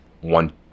one